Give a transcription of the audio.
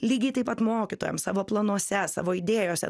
lygiai taip pat mokytojams savo planuose savo idėjose